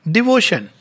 Devotion